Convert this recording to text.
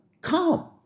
come